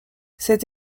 cet